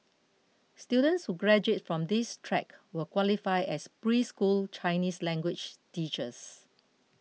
students who graduate from this track will qualify as preschool Chinese language teachers